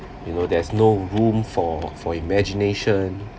you know there's no room for for imagination